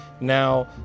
Now